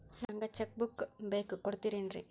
ನಂಗ cheque book ಬೇಕು ಕೊಡ್ತಿರೇನ್ರಿ?